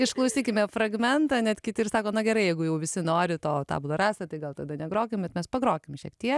išklausykime fragmentą net kiti ir sako na gerai jeigu jau visi nori to tabula rasa tai gal tada negrokim bet mes pagrokim šiek tiek